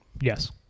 Yes